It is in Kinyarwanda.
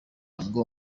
ngo